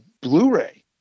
Blu-ray